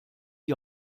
die